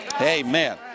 Amen